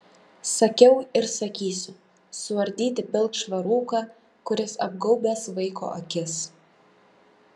sakiau ir sakysiu suardyti pilkšvą rūką kuris apgaubęs vaiko akis